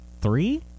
three